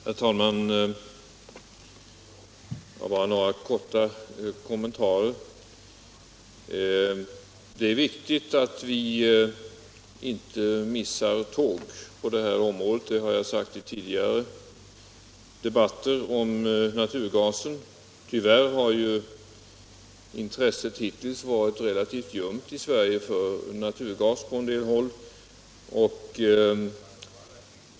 Herr talman! Bara några korta kommentarer. Det är viktigt att vi inte missar tåg på det här området — det har jag sagt i tidigare debatter om naturgasen. Tyvärr har ju intresset för naturgas hittills varit relativt ljumt på en del håll i Sverige.